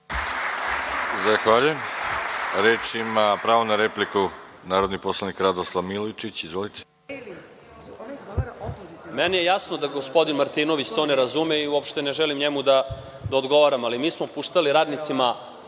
Zahvaljujem. Pravo na repliku, narodni poslanik Radoslav Milojičić. Izvolite. **Radoslav Milojičić** Meni je jasno da gospodin Martinović to ne razume i uopšte ne želim njemu da odgovaram, ali mi smo puštali radnicima